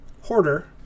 hoarder